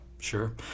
Sure